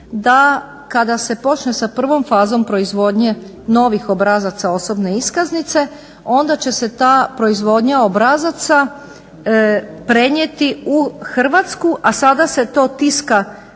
da kada se počne s prvom fazom proizvodnje novih obrazaca osobne iskaznice, onda će se ta proizvodnja obrazaca prenijeti u Hrvatsku, a sada se to tiska negdje